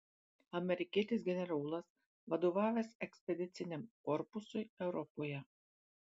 amerikietis generolas vadovavęs ekspediciniam korpusui europoje